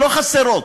לא חסרות.